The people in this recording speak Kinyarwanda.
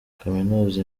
kaminuza